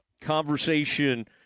conversation